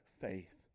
faith